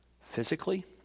physically